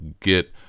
get